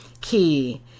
key